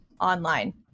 online